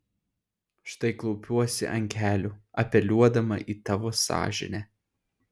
štai klaupiuosi ant kelių apeliuodama į tavo sąžinę